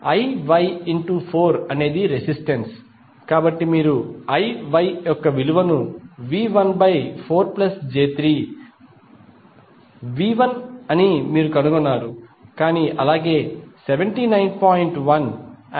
IY4 అనేది resistance కాబట్టి మీరు IY యొక్క విలువను V14j3 V1 అని మీరు కనుగొన్నారు అలాగే 79